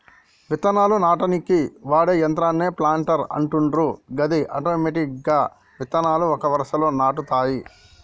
విత్తనాలు నాటనీకి వాడే యంత్రాన్నే ప్లాంటర్ అంటుండ్రు గది ఆటోమెటిక్గా విత్తనాలు ఒక వరుసలో నాటుతాయి